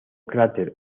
cráter